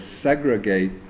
segregate